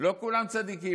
לא כולם צדיקים.